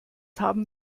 haben